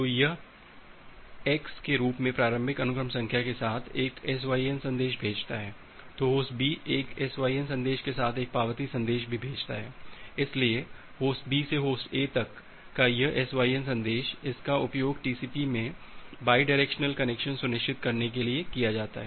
तो यह x के रूप में प्रारंभिक अनुक्रम संख्या के साथ एक SYN संदेश भेजता है तो होस्ट B एक SYN संदेश के साथ एक पावती संदेश भी भेजता है इसलिए होस्ट B से होस्ट A तक का यह SYN संदेश इसका उपयोग TCP में बाईडायरेक्शनल कनेक्शन सुनिश्चित करने के लिए किया जाता है